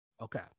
Okay